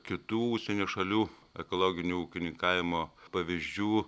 kitų užsienio šalių ekologinių ūkininkavimo pavyzdžių